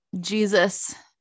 Jesus